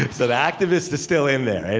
the activist is still in there.